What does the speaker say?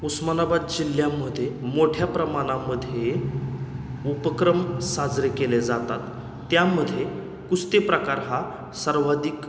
उस्मानाबाद जिल्ह्यामध्ये मोठ्या प्रमाणामध्ये उपक्रम साजरे केले जातात त्यामध्ये कुस्ती प्रकार हा सर्वाधिक